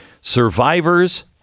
Survivor's